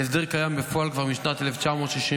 ההסדר קיים בפועל כבר משנת 1961,